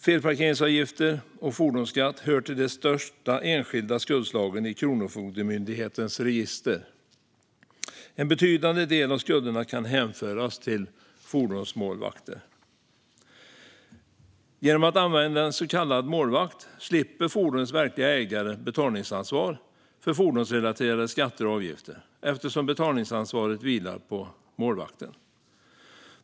Felparkeringsavgifter och fordonsskatt hör till de största enskilda skuldslagen i Kronofogdemyndighetens register. En betydande del av skulderna kan hänföras till fordonsmålvakter. Genom att använda en så kallad målvakt slipper fordonets verkliga ägare betalningsansvar för fordonsrelaterade skatter och avgifter eftersom betalningsansvaret vilar på målvakten.